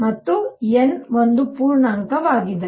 ಮತ್ತು n ಒಂದು ಪೂರ್ಣಾಂಕವಾಗಿದೆ